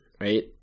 Right